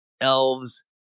elves